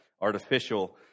artificial